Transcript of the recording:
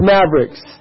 Mavericks